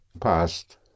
past